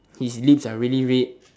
his lips are really red